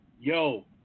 yo